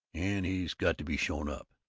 and he's got to be shown up.